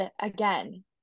again